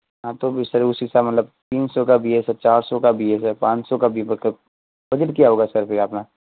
हाँ तो अभी सर उसी का मतलब तीन सौ का भी है सर चार सौ का भी है सर पाँच सौ का भी मतलब बजट क्या होगा सर फिर अपना